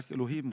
רק אלוהים מושלם,